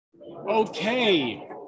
Okay